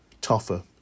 tougher